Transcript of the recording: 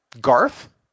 Garth